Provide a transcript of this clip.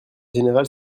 générale